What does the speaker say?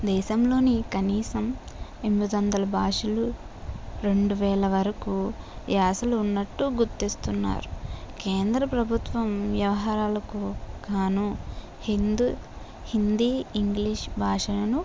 దేశంలోని కనీసం ఎనిమిది వందల భాషలు రెండు వేల వరకు యాసలు ఉన్నట్టు గుర్తిస్తున్నారు కేంద్ర ప్రభుత్వం వ్యవహారాలకు కాను హిందు హిందీ ఇంగ్లీష్ బాషలను